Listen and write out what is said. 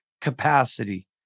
capacity